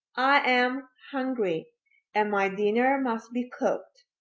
am hungry and my dinner must be cooked.